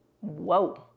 Whoa